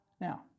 Now